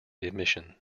emission